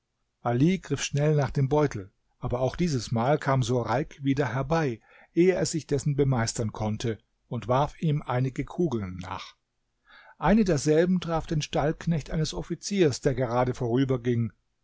ali griff schnell nach dem beutel aber auch dieses mal kam sureik wieder herbei ehe er sich dessen bemeistern konnte und warf ihm einige kugeln nach eine derselben traf den stallknecht eines offiziers der gerade vorüberging